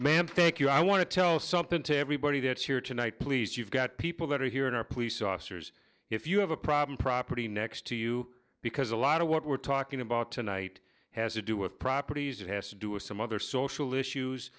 ma'am thank you i want to tell something to everybody that's here tonight please you've got people that are here in our police officers if you have a problem property next to you because a lot of what we're talking about tonight has to do with properties it has to do or some other social issues